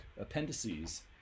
appendices